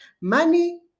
Money